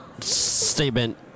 statement